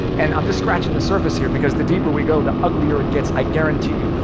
and i'm just scratching the surface here, because the deeper we go, the uglier it gets, i guarantee you.